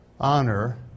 honor